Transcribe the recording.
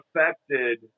affected